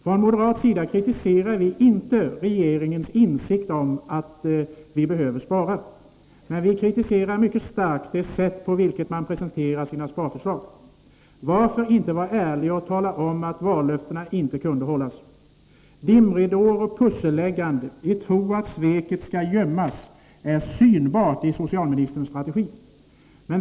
Från moderat sida kritiserar vi inte regeringens insikt om att man behöver spara. Men vi kritiserar mycket starkt det sätt på vilket regeringen presenterar sina sparförslag. Varför inte vara ärlig och tala om att vallöftena inte kunde hållas? Dimridåer och pusselläggande i tro att sveket skall gömmas är synbarligen socialministerns strategi.